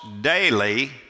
daily